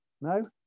No